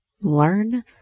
learn